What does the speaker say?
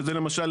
שזה למשל,